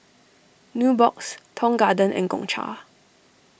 Nubox Tong Garden and Gongcha